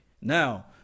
Now